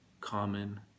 common